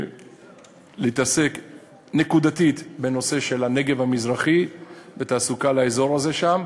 להתעסק נקודתית בנושא של הנגב המזרחי ובתעסוקה לאזור הזה שם,